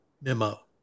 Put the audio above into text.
memo